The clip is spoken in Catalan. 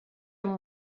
amb